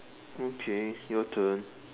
okay your turn